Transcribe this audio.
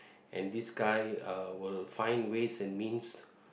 and this guy uh will find ways and means